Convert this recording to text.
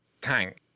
tank